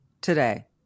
today